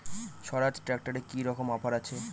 স্বরাজ ট্র্যাক্টরে কি রকম অফার আছে?